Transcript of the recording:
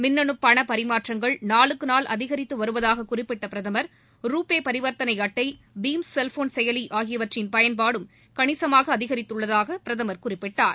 மின்னனு பணப் பரிமாற்றங்கள் நாளுக்கு நாள் அதிகரித்து வருவதாக குறிப்பிட்ட பிரதமர் ரூபே பரிவர்த்தனை அட்டை பீம் செல்போன் செயலி ஆகியவற்றின் பயன்பாடும் கணிசமாக அதிகரித்துள்ளதாக பிரதமர் குறிப்பிட்டார்